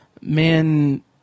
man